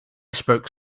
spoke